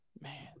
Man